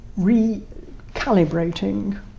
recalibrating